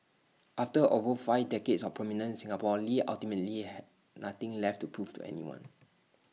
after over five decades of prominence Singapore lee ultimately had nothing left to prove to anyone